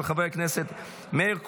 של חבר הכנסת מאיר כהן,